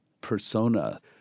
persona